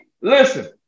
Listen